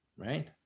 right